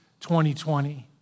2020